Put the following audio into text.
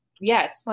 Yes